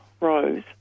rose